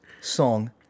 song